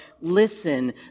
listen